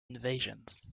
invasions